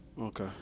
Okay